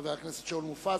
חבר הכנסת שאול מופז